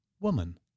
woman